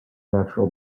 natural